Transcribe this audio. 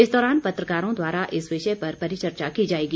इस दौरान पत्रकारों द्वारा इस विषय पर परिचर्चा की जाएगी